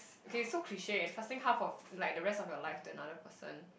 okay so cliche entrusting half of like the rest of your life to another person